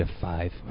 five